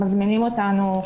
מזמינים אותנו.